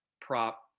prop